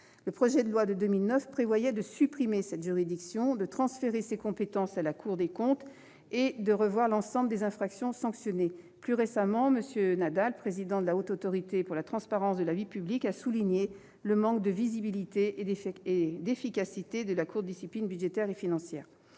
Le projet de loi de 2009 prévoyait de supprimer cette juridiction, de transférer ses compétences à la Cour des comptes et de revoir l'ensemble des infractions sanctionnées. Plus récemment, M. Jean-Louis Nadal, président de la Haute Autorité pour la transparence de la vie publique, a souligné le manque de visibilité et d'efficacité de la Cour de discipline budgétaire et financière.